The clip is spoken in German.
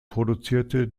produzierte